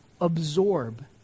absorb